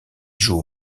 joue